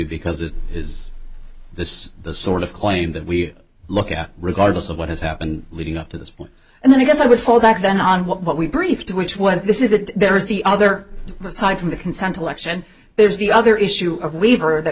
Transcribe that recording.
because it is this the sort of claim that we look at regardless of what has happened leading up to this point and then i guess i would fall back then on what we briefed which was this is it there is the other side from the consent election there's the other issue of we've heard that